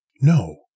No